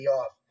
off